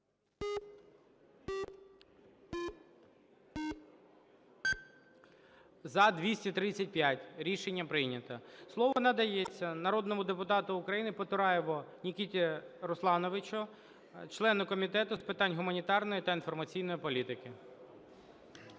За-235 Рішення прийнято. Слово надається народному депутату України Потураєву Микиті Руслановичу члену Комітету з питань гуманітарної та інформаційної політики.